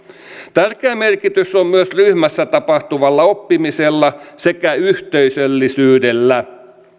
tärkeä merkitys on myös ryhmässä tapahtuvalla oppimisella sekä yhteisöllisyydellä